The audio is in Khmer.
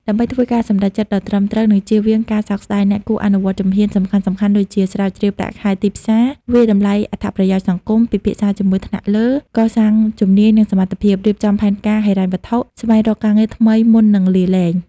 ដើម្បីធ្វើការសម្រេចចិត្តដ៏ត្រឹមត្រូវ និងចៀសវាងការសោកស្ដាយ អ្នកគួរអនុវត្តជំហានសំខាន់ៗដូចជា ស្រាវជ្រាវប្រាក់ខែទីផ្សារ វាយតម្លៃអត្ថប្រយោជន៍សរុប ពិភាក្សាជាមួយថ្នាក់លើ កសាងជំនាញ និងសមត្ថភាព រៀបចំផែនការហិរញ្ញវត្ថុ ស្វែងរកការងារថ្មីមុននឹងលាលែង។